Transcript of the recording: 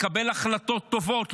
לקבל החלטות טובות,